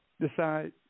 decide